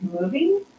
moving